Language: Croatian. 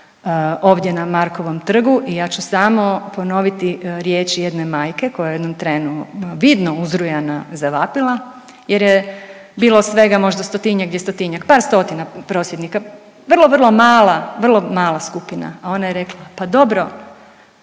ovdje na Markovom trgu i ja ću samo ponoviti riječi jedne majke koja je u jednom trenu vidno uzrujana zavapila jer je bilo svega možda 100-tinjak, 200-tinjak, par stotina prosvjednika, vrlo vrlo mala, vrlo mala skupina, a ona je rekla „pa dobro